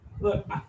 look